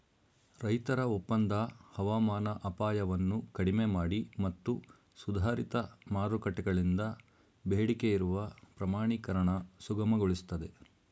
ರೈತರ ಒಪ್ಪಂದ ಹವಾಮಾನ ಅಪಾಯವನ್ನು ಕಡಿಮೆಮಾಡಿ ಮತ್ತು ಸುಧಾರಿತ ಮಾರುಕಟ್ಟೆಗಳಿಂದ ಬೇಡಿಕೆಯಿರುವ ಪ್ರಮಾಣೀಕರಣ ಸುಗಮಗೊಳಿಸ್ತದೆ